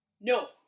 No